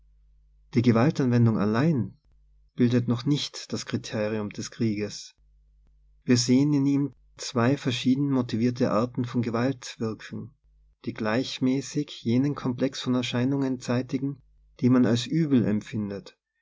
motive die gewaltanwendung allein bildet noch nicht das kriterium des krieges wir sehen in ihm zwei verschieden motivierte arten von gewalt wirken die gleichmäßig jenen komplex von erscheinungen zeitigen die man als uebel empfindet